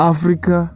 Africa